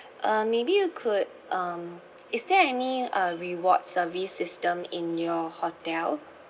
uh maybe you could um is there any uh reward service system in your hotel